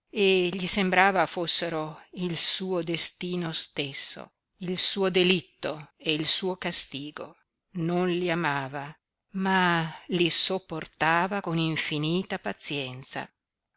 e gli sembrava fossero il suo destino stesso il suo delitto e il suo castigo non li amava ma li sopportava con infinita pazienza